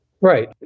Right